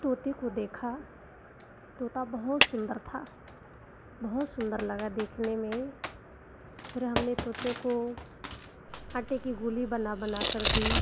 तोते को देखा तोता बहुत सुन्दर था बहुत सुन्दर लगा देखने में फिर हमने तोते को आटे की गोली बना बनाकर दी